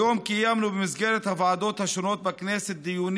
היום קיימנו במסגרת הוועדות השונות בכנסת דיונים